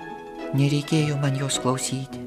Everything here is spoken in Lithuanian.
nereikėjo man jos klausyti